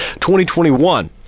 2021